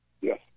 Yes